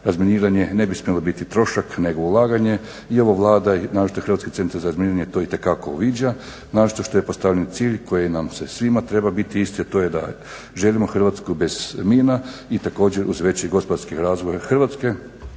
razminiranje ne bi smjelo biti trošak nego ulaganje. I ova Vlada naročito Hrvatski centar za razminiranje to itekako uviđa, naročito što je postavljen cilj koji nam se svima treba biti isti, a to je da želimo Hrvatsku bez mina i također uz veći gospodarski razvoj Hrvatske,